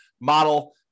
model